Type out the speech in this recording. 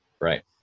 right